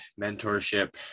mentorship